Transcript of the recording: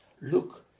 look